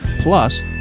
Plus